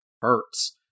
hurts